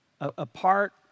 apart